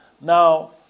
Now